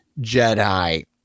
Jedi